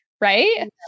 right